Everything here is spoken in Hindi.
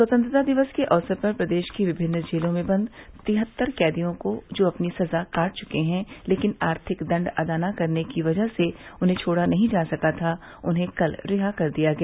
स्वतंत्रता दिवस के अवसर पर प्रदेश की विभिन्न जेलों में बंद तिहत्तर कैदियों को जो अपनी सजा काट चुके हैं लेकिन आर्थिक दंड अदा न करने की वजह से छोड़ा नहीं जा सका था उन्हें कल रिहा कर दिया गया